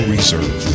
Reserve